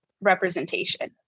representation